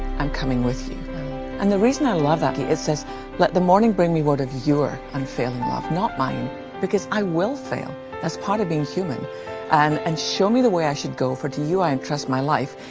i'm coming with you and the reason i love that it says let the morning bring me word of your unfailing love not mine because i will fail that's part of being human and and show me the way i should go for to you i entrust my life.